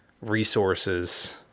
resources